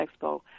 expo